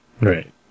right